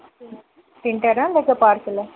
తింటారా లేక పార్సిలా